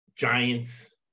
Giants